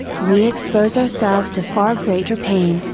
we expose ourselves to far greater pain,